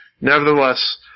Nevertheless